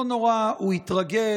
לא נורא, הוא יתרגל.